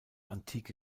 antike